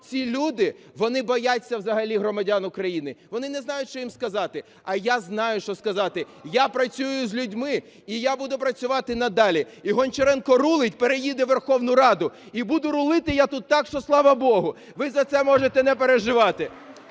Ці люди, вони бояться взагалі громадян України. Вони не знають, що їм сказати. А я знаю, що сказати, я працюю з людьми і я буду працювати надалі. І "Гончаренко рулить" переїде у Верховну Раду, і буду рулити я тут так, що слава Богу. Ви за це можете не переживати.